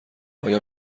آیا